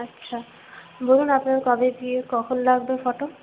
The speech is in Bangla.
আচ্ছা বলুন আপনার কবে বিয়ে কখন লাগবে ফটো